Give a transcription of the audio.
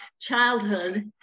childhood